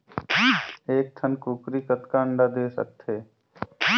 एक ठन कूकरी कतका अंडा दे सकथे?